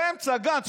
באמצע גנץ,